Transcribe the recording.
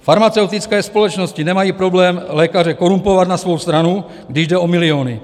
Farmaceutické společnosti nemají problém lékaře korumpovat na svou stranu, když jde o miliony.